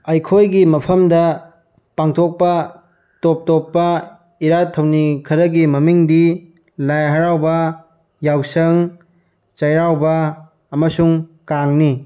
ꯑꯩꯈꯣꯏꯒꯤ ꯃꯐꯝꯗ ꯄꯥꯡꯊꯣꯛꯄ ꯇꯣꯞ ꯇꯣꯞꯄ ꯏꯔꯥꯠ ꯊꯧꯅꯤ ꯈꯔꯒꯤ ꯃꯃꯤꯡꯗꯤ ꯂꯥꯏ ꯍꯔꯥꯎꯕ ꯌꯥꯎꯁꯪ ꯆꯩꯔꯥꯎꯕ ꯑꯃꯁꯨꯡ ꯀꯥꯡꯅꯤ